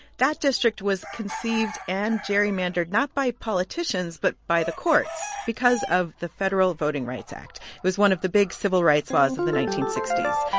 that district was conceived and gerrymandered not by politicians but by the courts because of the federal voting rights act. it was one of the big civil rights laws of the nineteen sixty s,